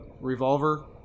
revolver